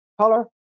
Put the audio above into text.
color